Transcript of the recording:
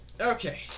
Okay